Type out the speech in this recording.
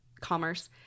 Commerce